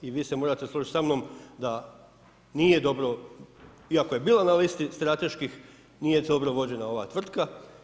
I vi se morate složiti sa mnom da nije dobro iako je bila na listi strateških nije dobro vođena ova tvrtka.